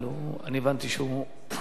אבל, אני הבנתי שהוא לא.